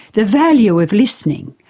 the value of listening,